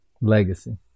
Legacy